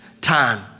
time